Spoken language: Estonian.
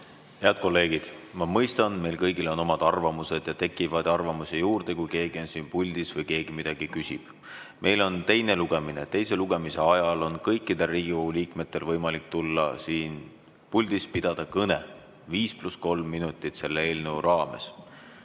Head kolleegid! Ma mõistan, et meil kõigil on oma arvamus ja tekib arvamusi juurde, kui keegi on siin puldis või keegi midagi küsib. Meil on teine lugemine, teise lugemise ajal on kõikidel Riigikogu liikmetel võimalik tulla siin puldis pidada kõne, 5 + 3 minutit, selle eelnõu raames.